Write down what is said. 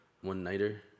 one-nighter